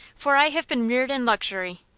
for i have been reared in luxury,